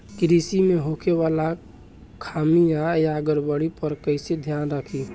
कृषि में होखे वाला खामियन या गड़बड़ी पर कइसे ध्यान रखि?